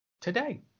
today